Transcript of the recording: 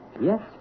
Yes